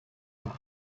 park